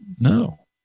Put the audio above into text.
No